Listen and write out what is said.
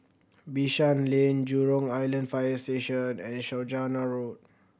Bishan Lane Jurong Island Fire Station and Saujana Road